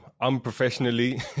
Unprofessionally